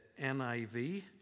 niv